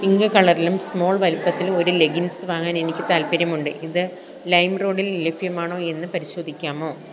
pink കളറിലും small വലുപ്പത്തിലും ഒരു ലെഗ്ഗിങ്സ് വാങ്ങാൻ എനിക്ക് താൽപ്പര്യമുണ്ട് ഇത് ലൈമ്റോഡിൽ ലഭ്യമാണോ എന്ന് പരിശോധിക്കാമോ